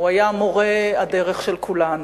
הוא היה מורה הדרך של כולנו.